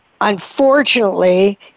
unfortunately